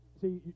See